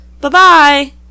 Bye-bye